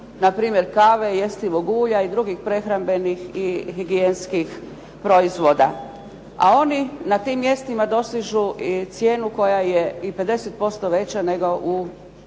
na primjer kave, jestivog ulja i drugih prehrambenih i higijenskih proizvoda a oni na tim mjestima dostižu i cijenu koja je i 50% veća nego u